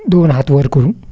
दोन हात वर करून